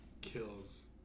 kills